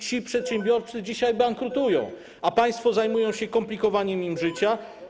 Ci przedsiębiorcy dzisiaj bankrutują, a państwo zajmują się komplikowaniem im życia.